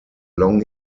long